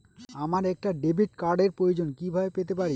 আমার একটা ডেবিট কার্ডের প্রয়োজন কিভাবে পেতে পারি?